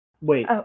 wait